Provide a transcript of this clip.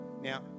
Now